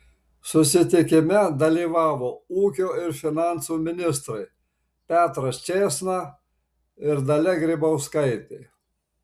susitikime dalyvavo ūkio ir finansų ministrai petras čėsna ir dalia grybauskaitė